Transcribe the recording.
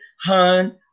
Hun